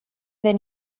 den